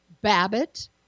Babbitt